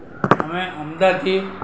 અમે અમદાવાદથી